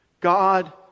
God